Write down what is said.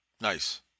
Nice